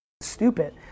stupid